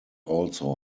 also